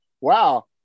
wow